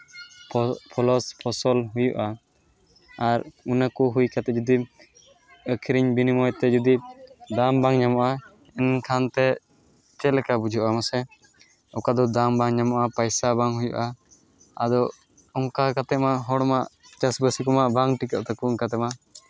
ᱯᱷᱚᱞᱚᱥ ᱯᱷᱚᱥᱚᱞ ᱦᱩᱭᱩᱜᱼᱟ ᱟᱨ ᱤᱱᱟᱹ ᱠᱚ ᱦᱩᱭ ᱠᱟᱛᱮᱫ ᱡᱚᱫᱤ ᱟᱹᱠᱷᱨᱤᱧ ᱵᱤᱱᱤᱢᱚᱭ ᱛᱮ ᱡᱚᱫᱤ ᱫᱟᱢ ᱵᱟᱝ ᱧᱟᱢᱚᱜᱼᱟ ᱮᱱᱠᱷᱟᱱ ᱛᱮ ᱪᱮᱫ ᱞᱮᱠᱟ ᱵᱩᱡᱷᱟᱹᱜᱼᱟ ᱢᱟᱥᱮ ᱚᱠᱟ ᱫᱚ ᱫᱟᱢ ᱵᱟᱝ ᱧᱟᱢᱚᱜᱼᱟ ᱯᱚᱭᱥᱟ ᱵᱟᱝ ᱦᱩᱭᱩᱜᱼᱟ ᱟᱫᱚ ᱚᱱᱠᱟ ᱠᱟᱛᱮᱫ ᱢᱟ ᱦᱚᱲ ᱢᱟ ᱪᱟᱹᱥᱤᱼᱵᱟᱹᱥᱤ ᱠᱚᱢᱟ ᱵᱟᱝ ᱴᱤᱠᱟᱹᱜ ᱛᱟᱠᱚ ᱚᱱᱠᱟ ᱛᱮᱢᱟ